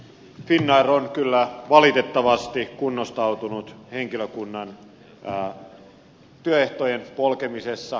finnair on kyllä valitettavasti kunnostautunut henkilökunnan työehtojen polkemisessa